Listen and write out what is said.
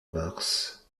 mars